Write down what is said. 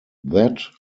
that